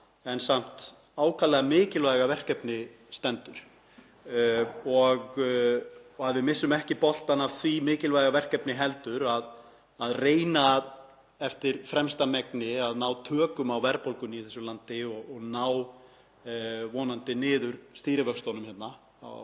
en samt ákaflega mikilvæga verkefni stendur og að við missum ekki boltann í því mikilvæga verkefni heldur reynum eftir fremsta megni að ná tökum á verðbólgunni í þessu landi og ná vonandi niður stýrivöxtunum líka